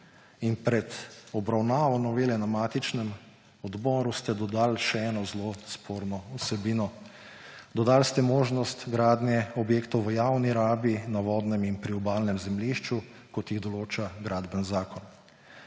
in pred obravnavo novele na matičnem odboru, ste dodali še eno zelo sporno vsebino. Dodali ste možnost gradnje objektov v javni rabi na vodnem in priobalnem zemljišču, kot jih določa Gradbeni zakon.